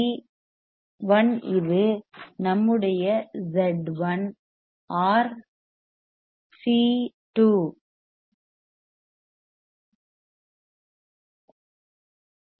C 1 இது நம்முடைய Z 1 R 2 C 2